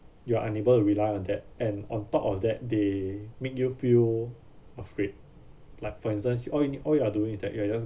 you are unable rely on that and on top of that they make you feel afraid like for instance all you need all you are doing is that you are just